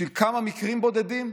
בשביל כמה מקרים בודדים?